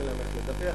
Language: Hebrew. אומרים להם איך לדווח,